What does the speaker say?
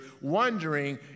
wondering